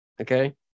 okay